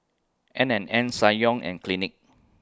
N and N Ssangyong and Clinique